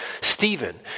Stephen